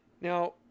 Now